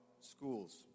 schools